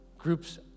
Groups